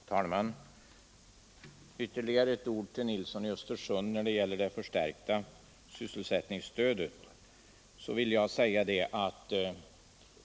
Herr talman! Jag vill säga ytterligare några ord till herr Nilsson i Östersund om det förstärkta sysselsättningsstödet.